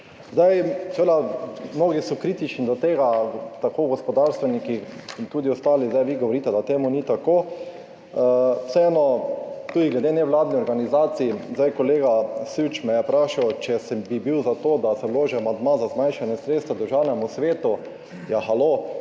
dalje. Mnogi so seveda kritični do tega, tako gospodarstveniki in tudi ostali, vi zdaj govorite, da ni tako, vseeno tudi glede nevladnih organizacij. Kolega Süč me je vprašal, če bi bil za to, da se vloži amandma za zmanjšanje sredstev Državnemu svetu. Ja, halo?